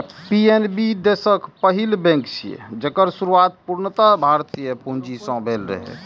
PNB देशक पहिल bank छियै, जेकर शुरुआत पूर्णतः भारतीय पूंजी सं भेल रहै